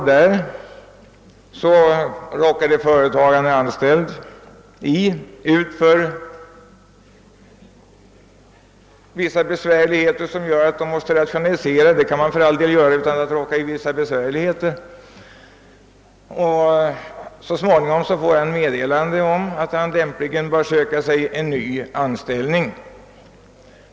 Så råkar kanske det företag där han är anställd ut för vissa besvärligheter som medför att det måste rationalisera — det kan för all del inträffa utan att man råkar ut för svårigheter — men så småningom får han meddelande om att han lämpligen bör söka sig en ny anställning.